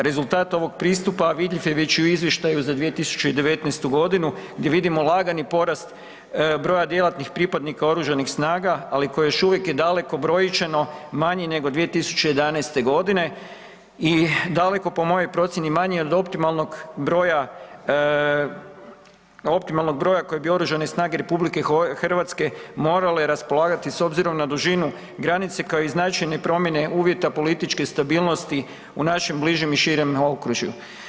Rezultat ovog pristupa vidljiv je već i u izvještaju za 2019.g. gdje vidimo lagani porast broja djelatnih pripadnika oružanih snaga, ali koji još uvijek je daleko brojčano manji nego 2011.g. i daleko, po mojoj procijeni, manji od optimalnog broja, optimalnog broja kojim bi oružane snage RH morale raspolagati s obzirom na dužinu granice kao i značajne promjene uvjeta političke stabilnosti u našem bližem i širem naokružju.